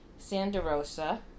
Sanderosa